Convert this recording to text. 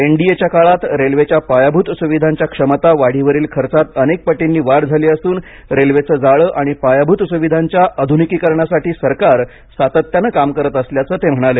N D A च्या काळात रेल्वेच्या पायाभूत सुविधांच्या क्षमता वाढीवरील खर्चात अनेक पटींनी वाढ झाली असून रेल्वेचे जाळ आणि पायाभूत सुविधांच्या आधूनिकीकरणासाठी सरकार सातत्याने काम करत असल्याचं ते म्हणाले